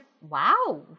wow